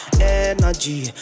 Energy